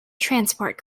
transport